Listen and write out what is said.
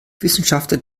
wissenschaftler